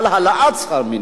על העלאת שכר המינימום,